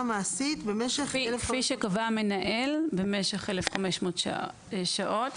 מעשית במשך 1,500 שעות" ---- כפי שקבע המנהל במשך 1,500 שעות.